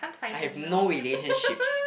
I have no relationships